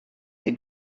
they